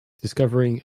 discovering